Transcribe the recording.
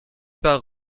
par